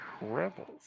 Rebels